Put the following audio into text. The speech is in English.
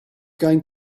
going